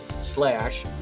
slash